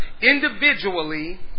individually